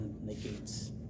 negates